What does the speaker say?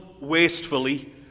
wastefully